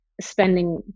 spending